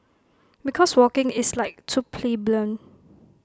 because walking is like too plebeian